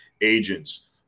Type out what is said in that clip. agents